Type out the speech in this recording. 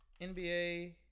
NBA